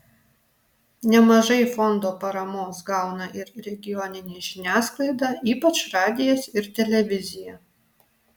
nemažai fondo paramos gauna ir regioninė žiniasklaida ypač radijas ir televizija